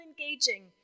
engaging